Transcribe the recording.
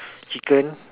chicken